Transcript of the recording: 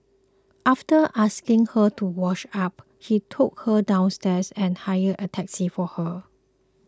after asking her to wash up he took her downstairs and hailed a taxi for her